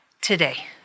today